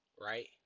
right